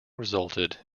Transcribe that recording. resulted